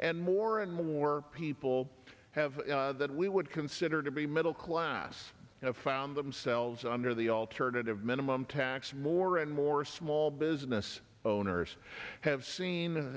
and more and more people have that we would consider to be middle class and found themselves under the alternative minimum tax more and more small business owners have seen